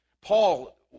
Paul